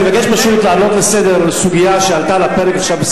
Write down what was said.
אני מבקש להעלות לסדר סוגיה שעלתה על הפרק עכשיו,